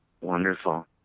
wonderful